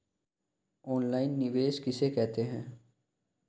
Online निवेश किसे कहते हैं?